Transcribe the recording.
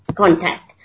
contact